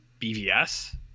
BVS